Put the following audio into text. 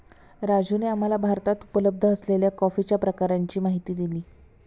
राजूने आम्हाला भारतात उपलब्ध असलेल्या कॉफीच्या प्रकारांची माहिती दिली